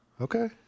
Okay